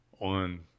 on